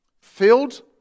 Filled